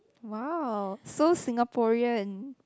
!wow! so Singaporean